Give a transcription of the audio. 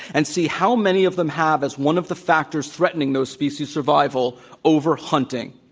and see how many of them have, as one of the factors threatening those species' survival overhunting.